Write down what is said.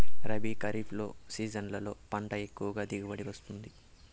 రబీ, ఖరీఫ్ ఏ సీజన్లలో పంట ఎక్కువగా దిగుబడి వస్తుంది